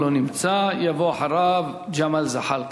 אם הוא לא נמצא, יבוא אחריו ג'מאל זחאלקה.